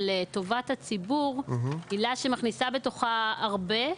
של טובת הציבור; עילה שמכניסה בתוכה הרבה,